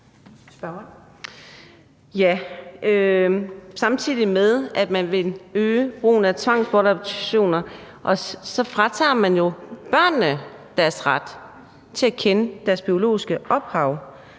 Samtidig med at man vil øge brugen af tvangsbortadoptioner, fratager man jo børnene deres ret til at kende deres biologiske ophav.